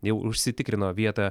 jau užsitikrino vietą